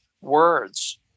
words